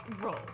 roll